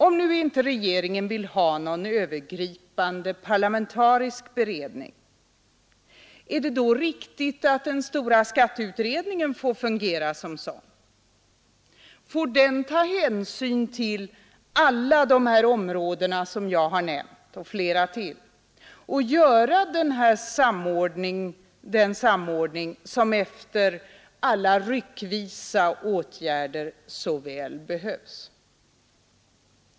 Om nu inte regeringen vill ha någon övergripande parlamentarisk beredning, är det då riktigt att den stora skatteutredningen får fungera som sådan? Får den ta hänsyn till alla de områden jag nämnt, och flera till, och göra den samordning som efter alla ryckvisa åtgärder såväl behövs?